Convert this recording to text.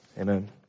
Amen